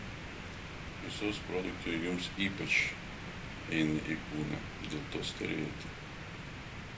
mėsos produktai jums ypač eina į kūną dėl to storėjate